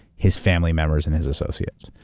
his family members and his associates.